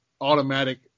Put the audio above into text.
automatic